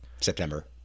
September